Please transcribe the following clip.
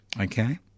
Okay